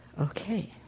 Okay